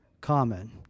common